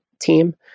team